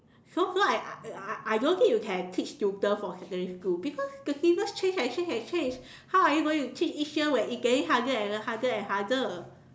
so what I I I don't think you can teach tutor for secondary school because the syllabus change and change and change how are you going to teach each year when it getting harder and harder and harder